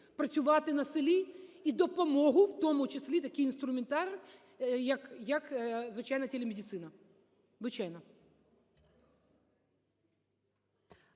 працювати на селі і допомогу, в тому числі такий інструментар, як, звичайно, телемедицина, звичайно.